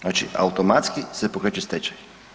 Znači automatski se pokreće stečaj.